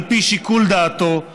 על פי שיקול דעתו,